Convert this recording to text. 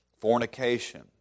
Fornication